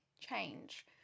change